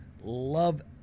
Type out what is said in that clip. love